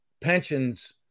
pensions